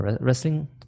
Wrestling